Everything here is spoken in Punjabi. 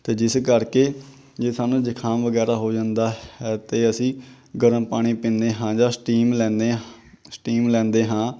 ਅਤੇ ਜਿਸ ਕਰਕੇ ਜੇ ਸਾਨੂੰ ਜ਼ੁਕਾਮ ਵਗੈਰਾ ਹੋ ਜਾਂਦਾ ਹੈ ਤਾਂ ਅਸੀਂ ਗਰਮ ਪਾਣੀ ਪੀਂਦੇ ਹਾਂ ਜਾਂ ਸਟੀਮ ਲੈਦੇ ਸਟੀਮ ਲੈਂਦੇ ਹਾਂ